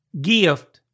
Gift